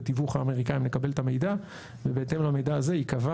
בתיווך האמריקאים נקבל את המידע ובהתאם למידע הזה ייקבע